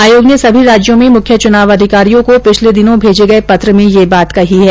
आयोग ने सभी राज्यों में मुख्य चुनाव अधिकारियों को पिछले दिनों भेजे गए पत्र में यह बात कही है